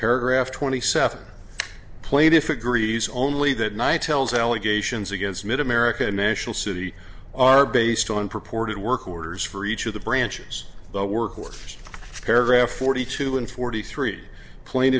paragraph twenty seven played if agrees only that night tells allegations against mit american national city are based on purported work orders for each of the branches work with paragraph forty two and forty three